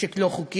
מנשק לא חוקי,